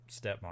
stepmom